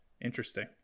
interesting